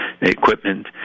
equipment